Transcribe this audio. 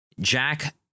Jack